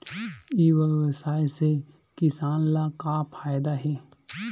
ई व्यवसाय से किसान ला का फ़ायदा हे?